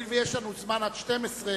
הואיל ויש לנו זמן עד 12:00,